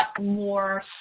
more